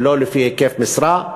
ולא לפי היקף משרה,